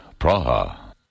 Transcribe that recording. Praha